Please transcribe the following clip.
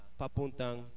papuntang